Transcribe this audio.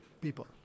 people